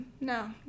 No